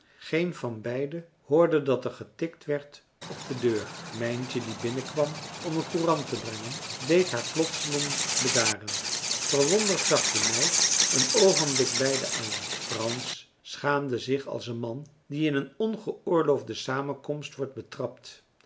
geen van beiden hoorde dat er getikt werd op de deur mijntje die binnenkwam om een courant te brengen deed haar plotseling bedaren verwonderd zag de meid een oogenblik beiden aan frans schaamde zich als een man die in een ongeoorloofde samenkomst wordt betrapt